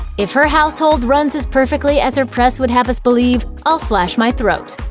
if her household runs as perfectly as her press would have us believe, i'll slash my throat.